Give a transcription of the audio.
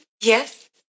Yes